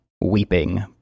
weeping